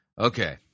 okay